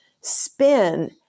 spin